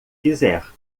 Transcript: quiser